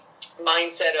mindset